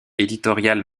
éditoriale